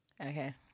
Okay